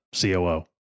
COO